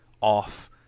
off